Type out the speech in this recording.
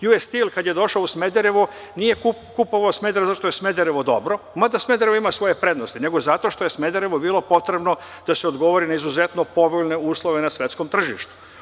Juestil“ kada je došao u Smederevo, nije kupovao Smederevo zato što je Smederevo dobro, mada Smederevo ima svoje prednosti, nego zato što je Smederevo bilo potrebno da se odgovori na izuzetno povoljne uslove na svetskom tržištu.